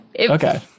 Okay